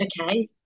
okay